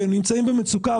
והם נמצאים במצוקה,